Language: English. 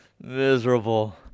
Miserable